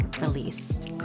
released